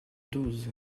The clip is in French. douze